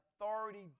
authority